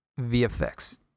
VFX